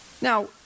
Now